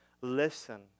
Listen